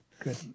Good